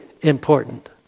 important